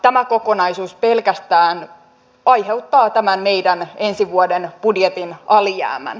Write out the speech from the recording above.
tämä kokonaisuus pelkästään aiheuttaa tämän meidän ensi vuoden budjetin alijäämän